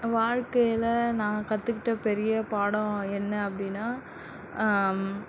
வாழ்க்கையில் நான் கற்றுக்கிட்ட பெரிய பாடம் என்ன அப்படினால்